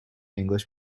english